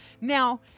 Now